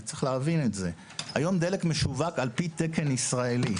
צריך להבין שהיום דלק משווק על פי תקן ישראלי.